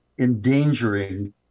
endangering